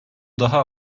daha